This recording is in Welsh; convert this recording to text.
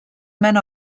mewn